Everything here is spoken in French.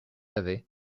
avait